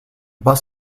bus